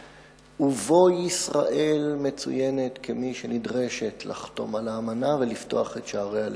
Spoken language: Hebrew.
ובו ישראל מצוינת כמי שנדרשת לחתום על האמנה ולפתוח את שעריה לפיקוח.